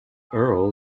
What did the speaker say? earl